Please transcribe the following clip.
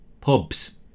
Pubs